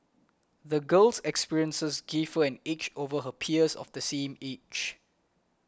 the girl's experiences gave her an edge over her peers of the same age